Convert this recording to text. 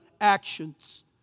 actions